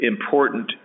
important